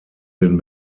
den